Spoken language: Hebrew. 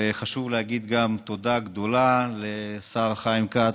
וחשוב להגיד גם תודה גדולה לשר חיים כץ.